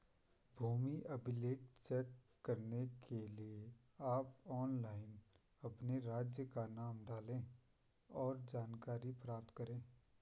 भूमि अभिलेख चेक करने के लिए आप ऑनलाइन अपने राज्य का नाम डालें, और जानकारी प्राप्त करे